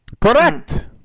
Correct